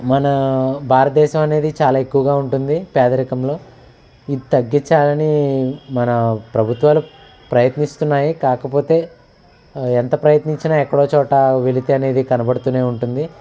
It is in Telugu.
మన భారతదేశం అనేది చాలా ఎక్కువగా ఉంటుంది పేదరికంలో ఇది తగ్గిచ్చాలని మన ప్రభుత్వాలు ప్రయత్నిస్తున్నాయి కాకపోతే ఎంత ప్రయత్నించినా ఎక్కడో చోట వెలితి అనేది కనబడుతూనే ఉంటుంది